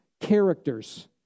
characters